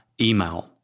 email